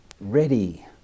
ready